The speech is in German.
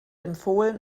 empfohlen